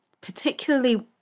particularly